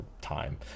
time